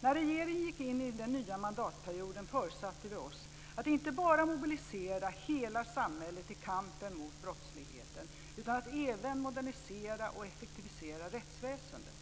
När vi i regeringen gick in i den nya mandatperioden föresatte vi oss att inte bara mobilisera hela samhället i kampen mot brottsligheten utan även att modernisera och effektivisera rättsväsendet.